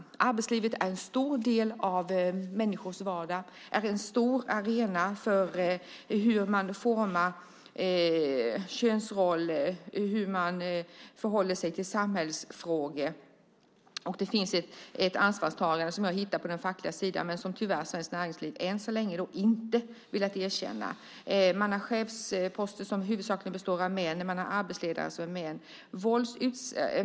Arbetslivet är en stor del av människors vardag. Det är en stor arena när det gäller hur man formar könsroller och hur man förhåller sig till samhällsfrågor. Det finns ett ansvarstagande som jag hittar på den fackliga sidan men som tyvärr Svenskt Näringsliv än så länge inte har velat erkänna. Man har chefsposter som huvudsakligen innehas av män. Man har arbetsledare som är män.